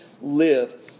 live